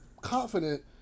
confident